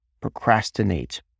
Procrastinate